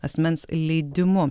asmens leidimu